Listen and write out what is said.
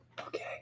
Okay